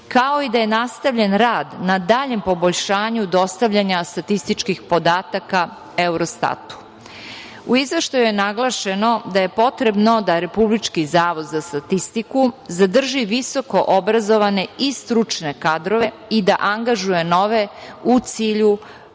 kao i da je nastavljen rad na daljem poboljšanju dostavljanja statističkih podataka Eurostatu.U izveštaju je naglašeno da je potrebno da Republički zavod za statistiku zadrži visoko obrazovane i stručne kadrove i da angažuje nove u cilju